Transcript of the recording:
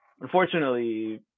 unfortunately